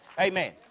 Amen